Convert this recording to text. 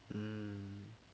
hmm